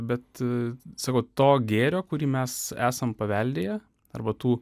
bet sakau to gėrio kurį mes esam paveldėję arba tų